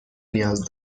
نیاز